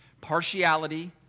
Partiality